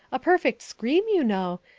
a perfect scream, you know,